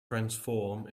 transform